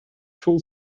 full